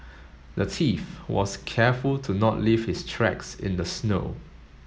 the thief was careful to not leave his tracks in the snow